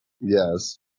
Yes